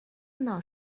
know